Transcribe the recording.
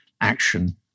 action